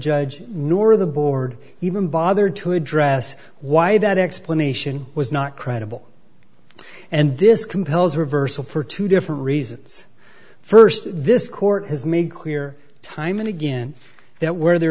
judge nor the board even bothered to address why that explanation was not credible and this compels reversal for two different reasons st this court has made clear time and again that where there